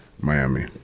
Miami